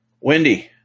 Wendy